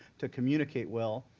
to communicate well.